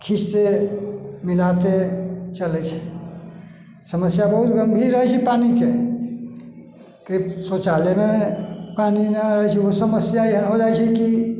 खींचते मिलाते चलै छै समस्या बहुत गम्भीर अछि पानि के शौचालय मे पानि नहि रहै छै ओहे समस्या होइ जाइ छै कि